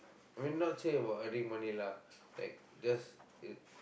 I mean not say about earning money lah like just